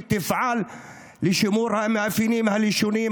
ותפעל לשימור המאפיינים הלשוניים,